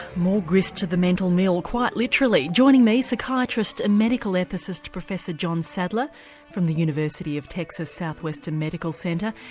more grist to the mental mill, quite literally. joining me, psychiatrist and medical ethicist professor john sadler from the university of texas south western medical centre,